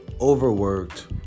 overworked